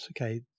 okay